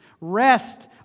Rest